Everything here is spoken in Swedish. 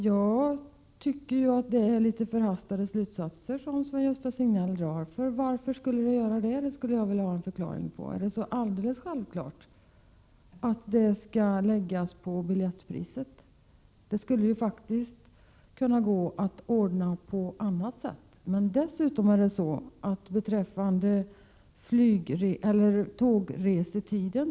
Jag tycker att Sven-Gösta Signell drar väl så förhastade slutsatser. Varför skulle det kosta så mycket mer, och är det så alldeles självklart att merkostnaden skall läggas på biljettpriset? Det skulle faktiskt gå att ordna saken på annat sätt.